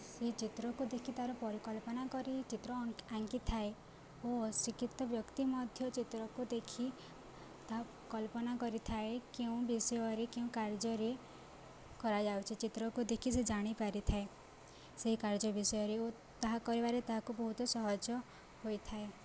ସେ ଚିତ୍ରକୁ ଦେଖି ତାର ପରିକଳ୍ପନା କରି ଚିତ୍ର ଆଙ୍କିଥାଏ ଓ ଅଶିକ୍ଷିତ ବ୍ୟକ୍ତି ମଧ୍ୟ ଚିତ୍ରକୁ ଦେଖି ତାହା କଳ୍ପନା କରିଥାଏ କେଉଁ ବିଷୟରେ କେଉଁ କାର୍ଯ୍ୟରେ କରାଯାଉଛି ଚିତ୍ରକୁ ଦେଖି ସେ ଜାଣିପାରିଥାଏ ସେଇ କାର୍ଯ୍ୟ ବିଷୟରେ ଓ ତାହା କରିବାରେ ତାହାକୁ ବହୁତ ସହଜ ହୋଇଥାଏ